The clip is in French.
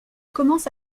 commence